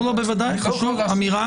אני לא יכול להשיב פה,